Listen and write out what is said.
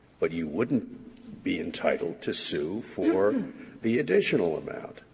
but you wouldn't be entitled to sue for the additional amount.